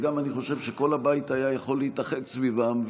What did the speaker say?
ואני גם חושב שכל הבית היה יכול להתאחד סביבם.